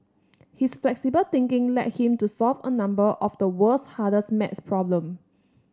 his flexible thinking led him to solve a number of the world's hardest maths problem